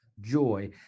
joy